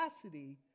capacity